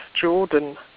Jordan